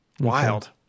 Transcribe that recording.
Wild